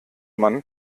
man